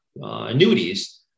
annuities